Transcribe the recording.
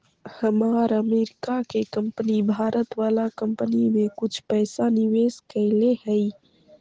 हमार अमरीका के कंपनी भारत वाला कंपनी में कुछ पइसा निवेश कैले हइ